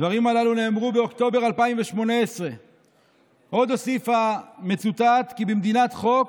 הדברים הללו נאמרו באוקטובר 2018. עוד הוסיף המצוטט כי "במדינת חוק